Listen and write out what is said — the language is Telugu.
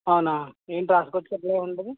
అవునా ఏంటి రాసుకొచ్చినట్లు ఉన్నారు ఏంటది